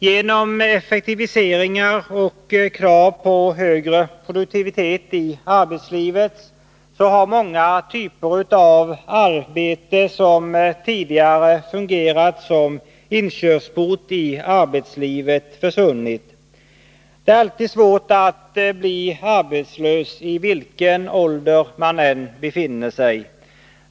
Genom effektiviseringar och krav på högre produktivitet i arbetslivet har många typer av arbeten, som tidigare fungerat som inkörsport till arbetslivet, försvunnit. Det är alltid svårt att bli arbetslös, i vilken ålder man än befinner sig i.